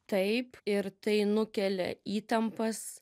taip ir tai nukelia įtampas